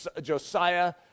Josiah